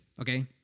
okay